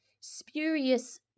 spurious